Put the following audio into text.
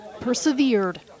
persevered